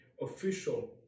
official